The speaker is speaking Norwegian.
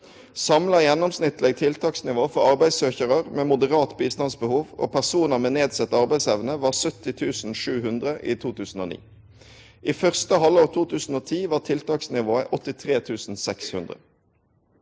Samla gjennomsnittleg tiltaksnivå for arbeidssøkjarar med moderat bistandsbehov og personar med nedsett arbeidsevne var 70 700 i 2009. I første halvår 2010 var tiltaksnivået 83 600.